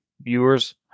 Viewers